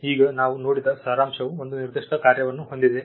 ಈಗ ನಾವು ನೋಡಿದ ಸಾರಾಂಶವು ಒಂದು ನಿರ್ದಿಷ್ಟ ಕಾರ್ಯವನ್ನು ಹೊಂದಿದೆ